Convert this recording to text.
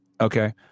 Okay